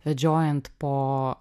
vedžiojant po